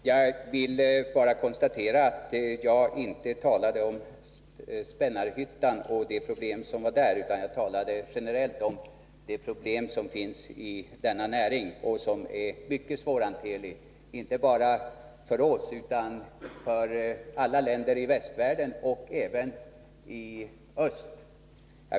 Herr talman! Jag talade inte om Spännarhyttan och de problem som finns där, utan jag talade generellt om problemen inom näringen. Jag vill påpeka att det är problem som är mycket svårhanterliga inte bara för oss utan för alla länder i västvärlden och även i öst.